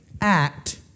act